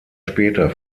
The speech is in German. später